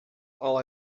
all